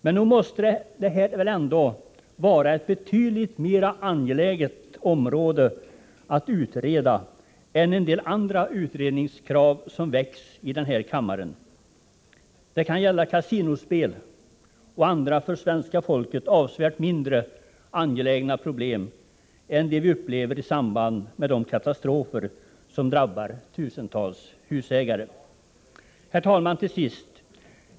Men nog måste kravet på en utredning av fuktoch mögelskadorna vara betydligt angelägnare än en hel del andra krav på utredningar som framförts här i kammaren — det kan gälla kasinospel och andra frågor, som svenska folket upplever som avsevärt mindre angelägna problem än dem som uppstår i samband med de katastrofer som drabbar tusentals husägare. Herr talman!